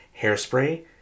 Hairspray